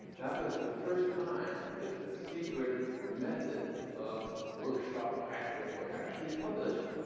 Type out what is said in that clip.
that was the first time that the secret methods of workshop practice were actually published.